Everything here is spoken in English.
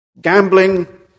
Gambling